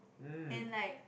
and like